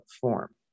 form